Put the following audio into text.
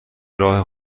راه